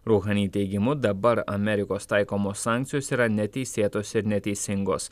ruhani teigimu dabar amerikos taikomos sankcijos yra neteisėtos ir neteisingos